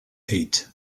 eight